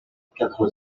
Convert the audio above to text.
quatre